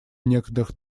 некоторых